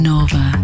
Nova